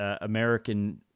American